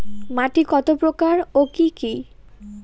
মাটি কত প্রকার ও কি কি?